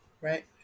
right